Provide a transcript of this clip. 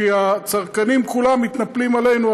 כי הצרכנים כולם מתנפלים עלינו,